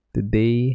Today